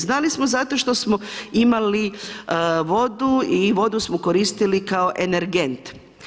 Znali smo zato što smo imali vodu i vodu smo koristili kao energent.